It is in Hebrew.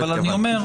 להיפך.